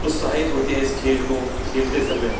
उत्साहित होते हैं इस खेल को खेलते समय